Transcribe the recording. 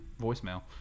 voicemail